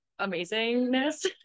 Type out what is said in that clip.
amazingness